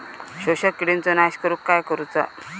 शोषक किडींचो नाश करूक काय करुचा?